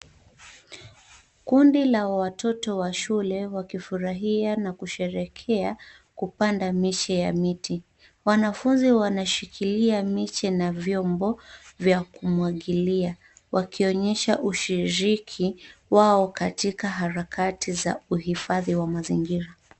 Kundi la watoto wa shule wakifurahia na kusherekea kupanda miche ya miti. Wanafunzi wanashikilia miche na vyombo vya kumwagilia ,wakionyesha ushiriki wao katika harakati za uhifathi wa mazingira.